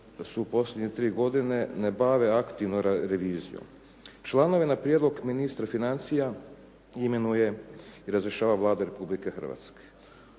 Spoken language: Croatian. da se u posljednje tri godine ne bave aktivno revizijom. Članove na prijedlog ministra financija imenuje i razrješava Vlada Republike Hrvatske.